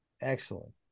Excellent